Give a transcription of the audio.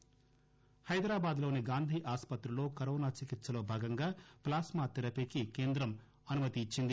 Gandhi plasma హైదరాబాద్లోని గాంధీ ఆస్పత్రిలో corona చికిత్సలో భాగంగా ప్లాస్మా థెరపీకి కేంద్రం అనుమతి ఇచ్చింది